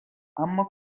اما